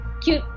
cute